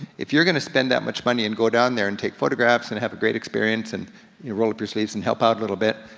if you're gonna spend that much money, and go down there, and take photographs, and have a great experience, and you roll up your sleeves and help out a little bit,